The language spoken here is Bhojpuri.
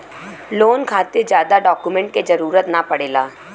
लोन खातिर जादा डॉक्यूमेंट क जरुरत न पड़ेला